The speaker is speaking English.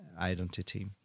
identity